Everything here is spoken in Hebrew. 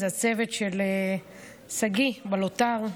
זה הצוות של שגיא בלוט"ר.